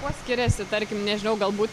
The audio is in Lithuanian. kuo skiriasi tarkim nežinau galbūt